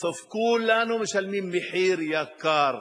בסוף כולנו משלמים מחיר יקר.